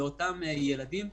לאותם ילדים.